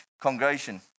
congregation